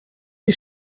die